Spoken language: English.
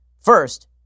First